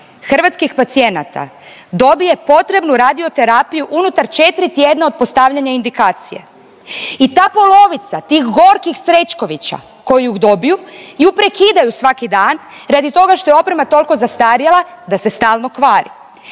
hrvatskih pacijenata dobije potrebnu radio terapiju unutar 4 tjedna od postavljanja indikacije i ta polovica tih gorkih srećkovića koji ih dobiju ju prekidaju svaki dan radi toga što je oprema toliko zastarjela da se stalno kvari.